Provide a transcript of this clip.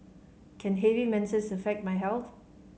can heavy menses affect my health